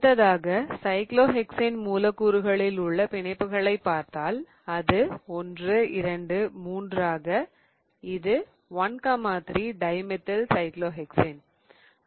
அடுத்ததாக சைக்ளோஹெக்ஸேன் மூலக்கூறுகளில் உள்ள பிணைப்புகளை பார்த்தால் அது 1 2 3 ஆக இது 13 டைமெதில்சைக்ளோஹெக்ஸேன் 13 Dimethylcyclohexane